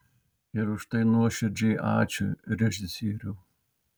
ir už tai nuoširdžiai ačiū režisieriau